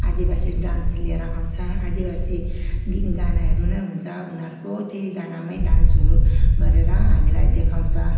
आदिवासी डान्स लिएर आउँछ आदिवासी गि गानाहरू नै हुन्छ उनीहरूको त्यही गानामै डान्सहरू गरेर हामीलाई देखाउँछ